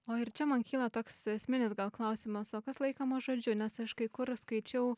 o ir čia man kyla toks esminis gal klausimas o kas laikoma žodžiu nes aš kai kur skaičiau